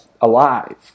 alive